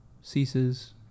ceases